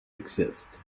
exist